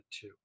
two